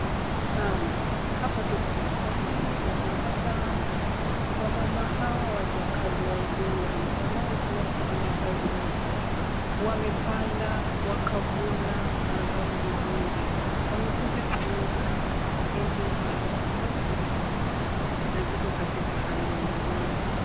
Naam hapa tuko sokoni na unapata wamama hawa wajakazi wazuri, wanaojua kufanya kazi vizuri, wamepanda, wakavuna mazao vizuri. Wamekuja kuuza ndizi zao ambazo zimekomaa na ziko katika hali nzuri.